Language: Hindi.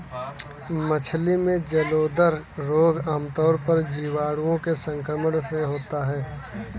मछली में जलोदर रोग आमतौर पर जीवाणुओं के संक्रमण से होता है